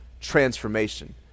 transformation